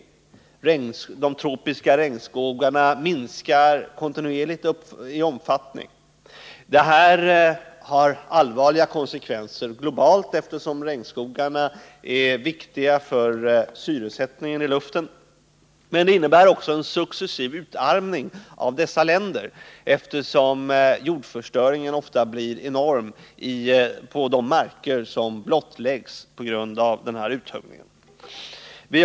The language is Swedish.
De tropiska regnskogarna minskar kontinuerligt i omfattning. Detta har allvarliga konsekvenser globalt, eftersom regnskogarna är viktiga för syresättningen i luften. Men det innebär också en successiv utarmning av dessa länder, eftersom jordförstöringen ofta blir enorm på de marker som blottläggs på grund av uthuggningen.